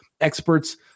experts